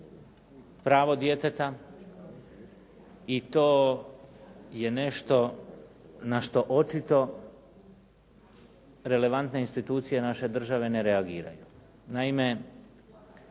pravo djeteta i to je nešto na što očito relevantne institucije naše države ne reagiraju.